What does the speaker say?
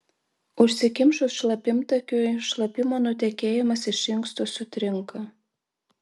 užsikimšus šlapimtakiui šlapimo nutekėjimas iš inksto sutrinka